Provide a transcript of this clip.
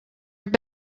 have